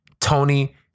Tony